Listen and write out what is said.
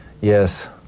Yes